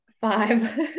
Five